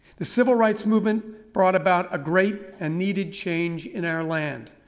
the civil rights movement brought about a great and needed change in our land.